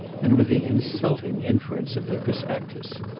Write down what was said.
and with the insulting inference of the prospectus.